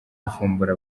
kuvumbura